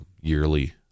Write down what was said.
yearly